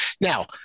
Now